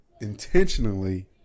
intentionally